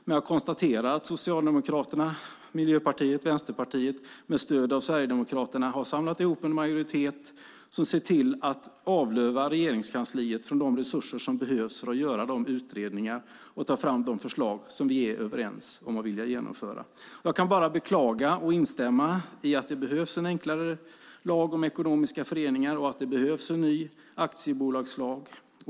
Men jag konstaterar att Socialdemokraterna, Miljöpartiet och Vänsterpartiet med stöd av Sverigedemokraterna har samlat ihop en majoritet som ser till att avlöva Regeringskansliet de resurser som behövs för att göra de utredningar och ta fram de förslag som vi är överens om att vilja genomföra. Jag kan bara beklaga detta och instämma i att det behövs en enklare lag om ekonomiska föreningar och att det behövs en ny aktiebolagslag.